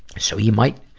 so you might,